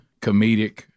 comedic